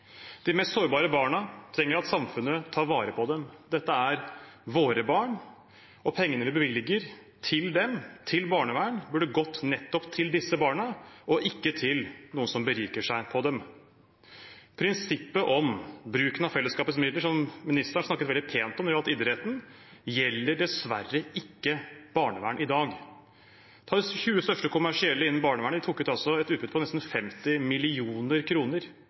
de skal brukes til.» De mest sårbare barna trenger at samfunnet tar vare på dem. Dette er våre barn, og pengene vi bevilger til dem, til barnevern, burde gått nettopp til disse barna, ikke til noen som beriker seg på dem. Prinsippet om bruken av fellesskapets midler – som ministeren snakket veldig pent om når det gjaldt idretten – gjelder dessverre ikke barnevern i dag. De 20 største kommersielle innen barnevern tok ut et utbytte på nesten 50